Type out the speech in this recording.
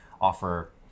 offer